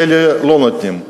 לאלה לא נותנים.